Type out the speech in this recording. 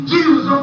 Jesus